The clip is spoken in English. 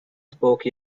spoke